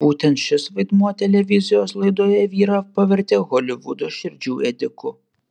būtent šis vaidmuo televizijos laidoje vyrą pavertė holivudo širdžių ėdiku